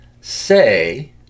say